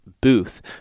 Booth